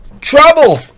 Trouble